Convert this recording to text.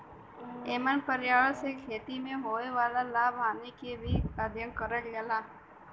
एमन पर्यावरण से खेती में होए वाला लाभ हानि के भी अध्ययन करल जाला